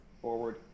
forward